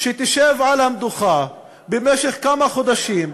שתשב על המדוכה במשך כמה חודשים,